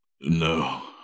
No